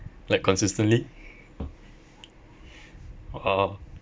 like consistently or